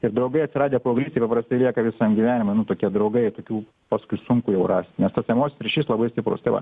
ir draugai atsiradę paauglystėje paprastai lieka visam gyvenimui nu tokie draugai tokių paskui sunku jau rast nes tas emocinis ryšys labai stiprus tai va